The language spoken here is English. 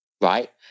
right